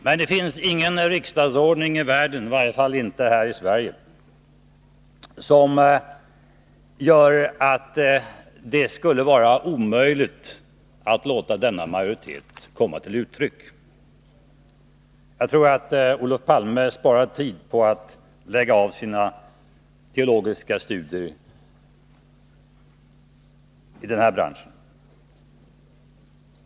Och det finns ingen riksdagsordning i världen — i varje fall inte här i Sverige — som gör att det skulle vara omöjligt att låta denna majoritet komma till uttryck. Jag tror att Olof Palme spar tid på att avsluta sina teologiska studier i det här ämnet.